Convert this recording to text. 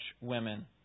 women